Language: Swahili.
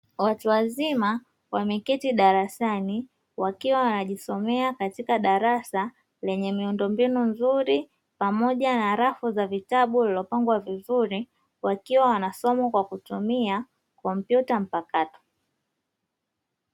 Watu wazima wameketi darasani wakiwa wanajisomea katika darasa lenye miundo mbinu nzuri pamoja na rafu la vitabu lililo pangwa vizuri wakiwa wanasoma kwa kutumia kompyuta mpakato.